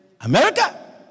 America